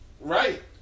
Right